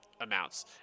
amounts